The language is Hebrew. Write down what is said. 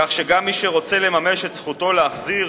כך שגם מי שרוצה לממש את זכותו להחזיר